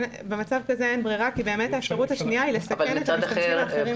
במצב כזה אין ברירה כי באמת האפשרות השנייה היא לסכן את הנוסעים האחרים.